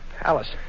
Alice